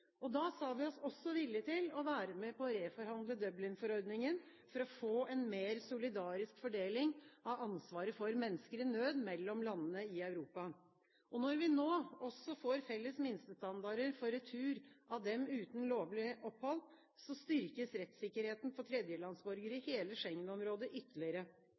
konvensjoner. Da sa vi oss også villige til å være med på å reforhandle Dublin-forordningen for å få en mer solidarisk fordeling av ansvaret for mennesker i nød mellom landene i Europa. Når vi nå også får felles minstestandarder for retur av dem uten lovlig opphold, styrkes rettssikkerheten for tredjelandsborgere i hele Schengen-området ytterligere.